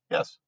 Yes